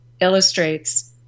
illustrates